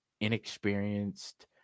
inexperienced